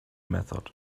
method